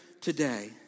today